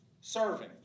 serving